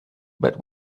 but